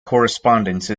correspondence